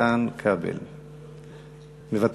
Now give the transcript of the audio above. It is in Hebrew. איתן כבל מוותר.